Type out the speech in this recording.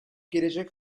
gelecek